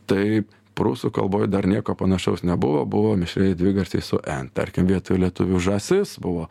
taip prūsų kalboj dar nieko panašaus nebuvo buvo mišrieji dvigarsiai su n tarkim vietoj lietuvių žąsis buvo